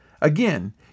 Again